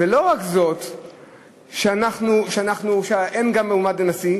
ולא רק זה שאין מועמד לנשיא,